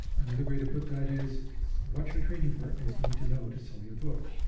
another way to put that is it's what your trading partners need to know to sell your book.